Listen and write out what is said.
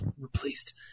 replaced